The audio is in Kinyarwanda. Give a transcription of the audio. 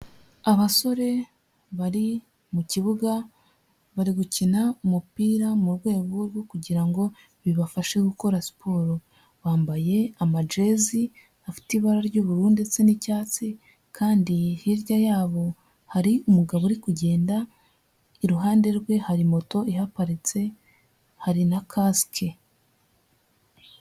Abasore bari mu kibuga, bari gukina umupira mu rwego rwo kugira ngo bibafashe gukora siporo. Bambaye amajezi afite ibara ry'ubururu ndetse n'icyatsi, kandi hirya yabo hari umugabo uri kugenda, iruhande rwe hari moto ihaparitse hari na kasike.